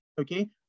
okay